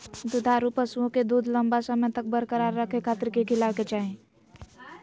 दुधारू पशुओं के दूध लंबा समय तक बरकरार रखे खातिर की खिलावे के चाही?